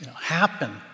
happen